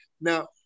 Now